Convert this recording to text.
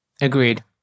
agreed